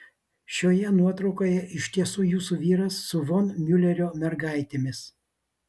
šioje nuotraukoje iš tiesų jūsų vyras su von miulerio mergaitėmis